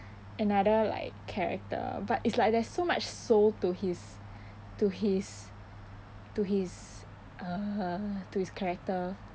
another like character but it's like there is so much soul to his to his to his uh to his character